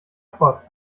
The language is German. voß